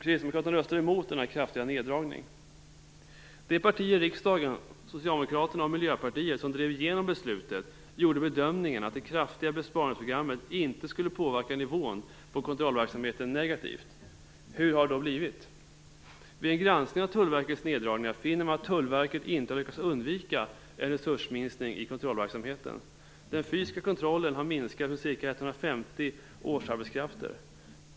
Kristdemokraterna röstade emot denna kraftiga neddragning. Miljöpartiet - som drev igenom beslutet gjorde bedömningen att det kraftiga besparingsprogrammet inte skulle påverka nivån på kontrollverksamheten negativt. Hur har det då blivit? Vid en granskning av Tullverkets neddragningar finner man att Tullverket inte har lyckats undvika en resursminskning i kontrollverksamheten. Den fysiska kontrollen har minskats med ca 150 årsarbetskrafter.